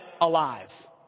alive